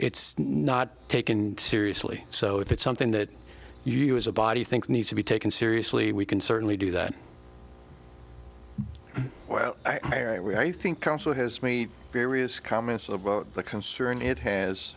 it's not taken seriously so if it's something that you as a body think needs to be taken seriously we can certainly do that well we i think council has made various comments about the concern it has